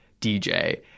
dj